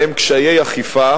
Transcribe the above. ובהם: קשיי אכיפה,